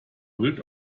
pult